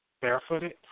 barefooted